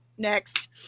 next